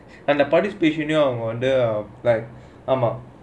and the participation of the like ஆமா:aamaa